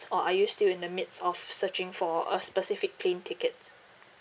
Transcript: or are you still in the midst of searching for a specific plane tickets